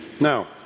Now